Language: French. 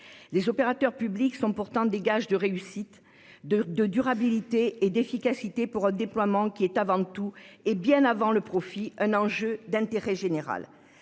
Les opérateurs publics sont pourtant des gages de réussite, de durabilité et d'efficacité pour un déploiement qui est avant tout un enjeu d'intérêt général,